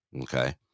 Okay